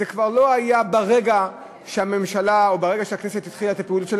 זה כבר לא היה ברגע שהממשלה או הכנסת התחילה את הפעילות,